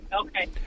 Okay